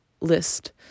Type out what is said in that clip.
list